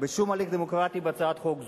בשום הליך דמוקרטי בהצעת חוק זו.